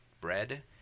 bread